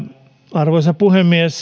arvoisa puhemies